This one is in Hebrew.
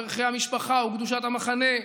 וערכי המשפחה וקדושת המחנה,